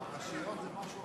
פרשיות זה משהו אחר.